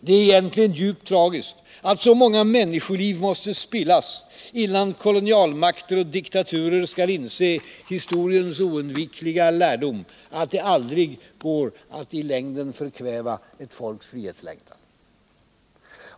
Det är egentligen djupt tragiskt att så många människoliv måste spillas innan kolonialmakter och diktaturer skall inse historiens oundvikliga lärdom, att det aldrig går att i längden förkväva ett folks frihetslängtan.